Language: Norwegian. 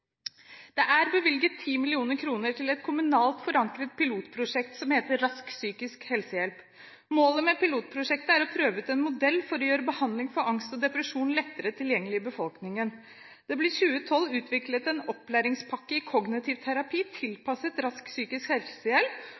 det er lav terskel. Det er bevilget 10 mill. kr til et kommunalt forankret pilotprosjekt som heter Rask psykisk helsehjelp. Målet med pilotprosjektet er å prøve ut en modell for å gjøre behandling for angst og depresjon lettere tilgjengelig i befolkningen. Det ble i 2012 utviklet en opplæringspakke i kognitiv terapi tilpasset Rask psykisk helsehjelp,